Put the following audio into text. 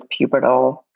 pubertal